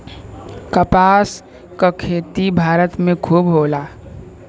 कपास क खेती भारत में खूब होला